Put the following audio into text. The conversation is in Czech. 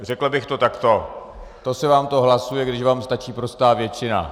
Řekl bych to takto to se vám to hlasuje, když vám stačí prostá většina.